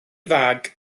fag